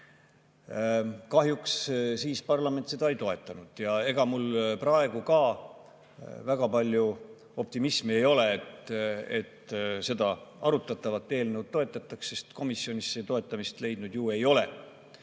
Kahjuks siis parlament seda ei toetanud ja ega mul praegu ka väga palju optimismi ei ole, et seda arutatavat eelnõu toetatakse, sest komisjonis see toetamist ju ei